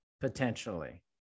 potentially